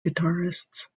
guitarists